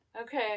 Okay